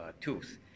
tools